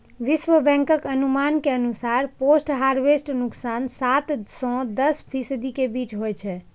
विश्व बैंकक अनुमान के अनुसार पोस्ट हार्वेस्ट नुकसान सात सं दस फीसदी के बीच होइ छै